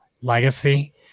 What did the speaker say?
legacy